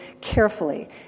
carefully